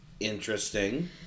Interesting